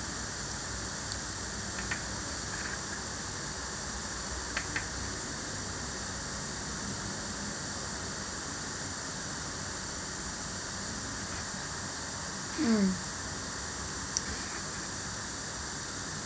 mm